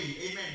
Amen